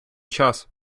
час